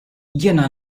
jiena